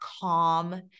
calm